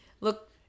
Look